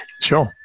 Sure